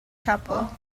chapel